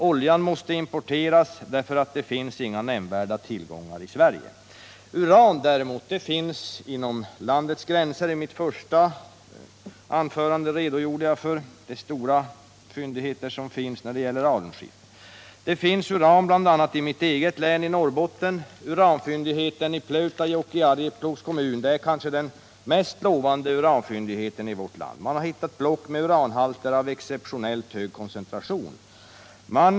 Oljan måste importeras, därför att det inte finns några nämnvärda tillgångar i Sverige. Uran däremot finns det inom landets gränser. I mitt första anförande redogjorde jag för de stora fyndigheterna av alunskiffer. Det finns uran i bl.a. mitt hemlän Norrbotten, i Pleutajokk i Arjeplogs kommun. Det är kanske den mest lovande uranfyndigheten i vårt land. Man har hittat block med exceptionellt hög uranhalt.